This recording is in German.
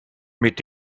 mit